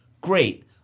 Great